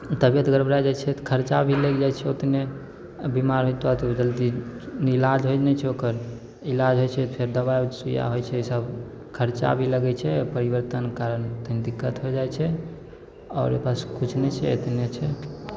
तबिअत गड़बड़ा जाइ छै तऽ खरचा भी लागि जाइ छै ओतने आओर बेमार होतऽ तऽ जल्दी इलाज होइ नहि छै ओकर इलाज होइ छै फेर दवाइ सुइआ होइ छै सब खरचा भी लगै छै आओर परिवर्तनके कारण कनि दिक्कत हो जाइ छै आओर बस किछु नहि छै एतने छै